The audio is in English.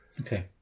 Okay